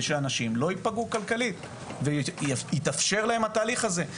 שאנשים לא ייפגעו כלכלית ויתאפשר להם התהליך הזה.